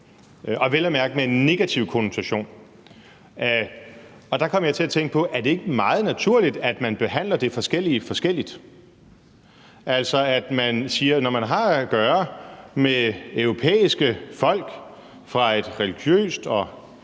vel at mærke med en negativ konnotation. Der kom jeg til at tænke på: Er det ikke meget naturligt, at man behandler det forskellige forskelligt, altså at man siger, når man har at gøre med europæiske folk fra en religiøs og